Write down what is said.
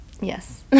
yes